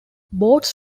boats